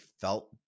felt